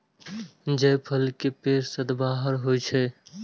जायफल के पेड़ सदाबहार होइ छै